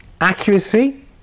accuracy